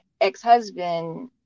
ex-husband